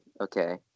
okay